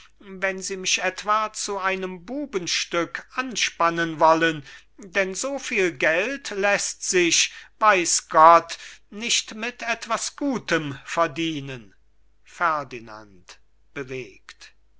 wenn sie mich etwa zu einem bubenstück anspannen wollen denn so viel geld läßt sich weißt gott nicht mit etwas gutem verdienen ferdinand